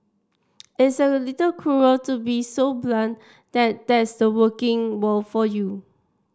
it's a little cruel to be so blunt that that's the working world for you